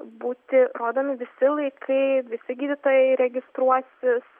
būti rodomi visi laikai visi gydytojai registruosis